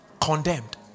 Condemned